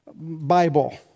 Bible